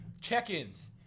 Check-ins